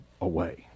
away